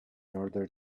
order